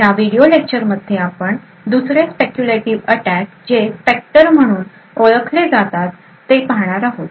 ह्या व्हिडिओ लेक्चरमध्ये आपण दुसरे स्पेक्यूलेटीव्ह अटॅक जे स्पेक्टर म्हणून ओळखले जातात ते पाहणार आहोत